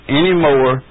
anymore